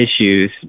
issues